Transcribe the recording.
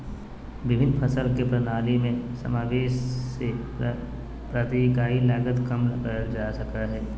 विभिन्न फसल के प्रणाली में समावेष से प्रति इकाई लागत कम कइल जा सकय हइ